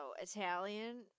Italian